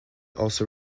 also